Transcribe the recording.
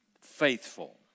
faithful